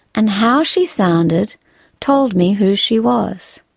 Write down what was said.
and how she sounded told me who she was.